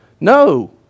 No